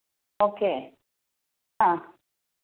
okay ആ